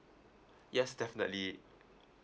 yes definitely